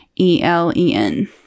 E-L-E-N